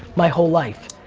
my whole life.